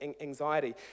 anxiety